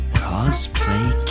cosplay